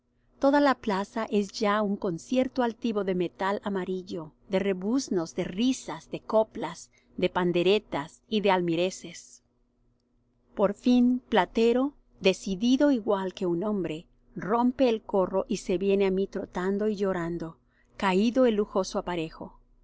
toda la plaza es ya un concierto altivo de metal amarillo de rebuznos de risas de coplas de panderetas y de almireces por fin platero decidido igual que un hombre rompe el corro y se viene á mí trotando y llorando caído el lujoso aparejo